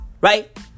Right